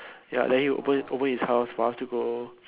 ya then he will open open his house for us to go